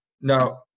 now